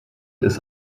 ist